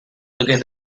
toques